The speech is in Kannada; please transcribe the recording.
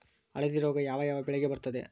ಹಳದಿ ರೋಗ ಯಾವ ಯಾವ ಬೆಳೆಗೆ ಬರುತ್ತದೆ?